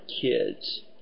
kids